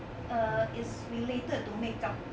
err is related to makeup